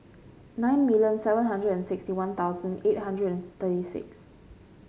nine million seven hundred and sixty One Thousand eight hundred and thirty six